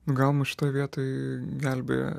gal mus šitoj vietoj gelbėja